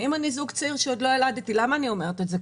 ואם אני זוג צעיר ועוד לא ילדתי למה אני אומרת את זה?